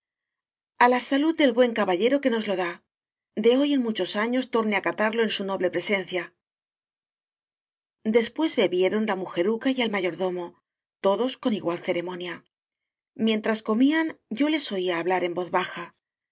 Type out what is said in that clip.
la salud del buen caballero que nos lo da de hoy en muchos años torne á catarlo en su noble presencia después bebieron la mujeruca y el mayor domo todos con igual ceremonia mientras comían yo les oía hablar en voz baja